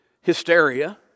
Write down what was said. hysteria